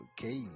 okay